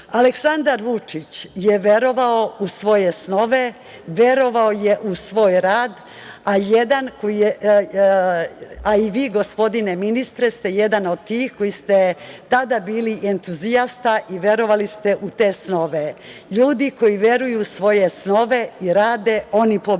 uspehu. Aleksandar Vučić je verovao u svoje snove, verovao je u svoj rad, a i vi, gospodine ministre, ste jedan od tih koji ste tada bili entuzijasta i verovali ste u te snove. Ljudi koji veruju u svoje snove i rade, oni pobeđuju.